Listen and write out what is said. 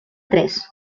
tres